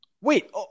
Wait